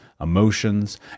emotions